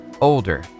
older